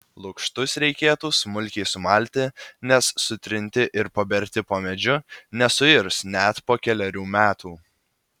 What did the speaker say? lukštus reikėtų smulkiai sumalti nes sutrinti ir paberti po medžiu nesuirs net po kelerių metų